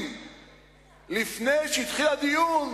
לפני שהתחיל הדיון